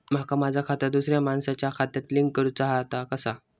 माका माझा खाता दुसऱ्या मानसाच्या खात्याक लिंक करूचा हा ता कसा?